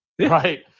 Right